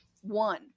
One